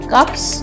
Cups